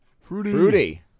Fruity